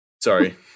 Sorry